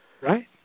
Right